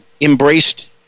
embraced